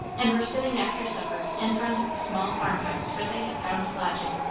and were sitting after supper in front of the small farm-house where they had found lodging,